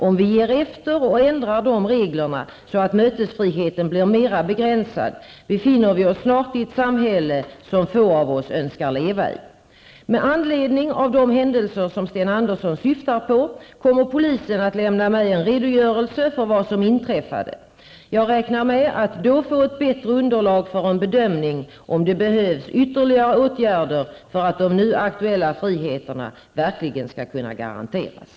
Om vi ger efter och ändrar reglerna så att mötesfriheten blir mera begränsad, befinner vi oss snart i ett samhälle som få av oss önskar leva i. Med anledning av de händelser som Sten Andersson syftar på kommer polisen att lämna mig en redogörelse för vad som inträffade. Jag räknar med att då få ett bättre underlag för en bedömning om det behövs ytterligare åtgärder för att de nu aktuella friheterna verkligen skall kunna garanteras.